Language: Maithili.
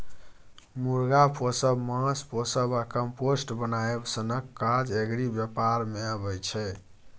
मुर्गा पोसब, माछ पोसब आ कंपोस्ट बनाएब सनक काज एग्री बेपार मे अबै छै